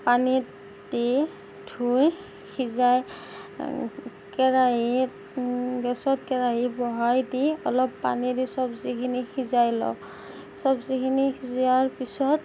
পানীত দি ধুই সিজাই কেৰাহীত গেছত কেৰাহী বহাই দি অলপ পানী দি চব্জিখিনি সিজাই লওঁ চব্জিখিনি সিজোৱাৰ পিছত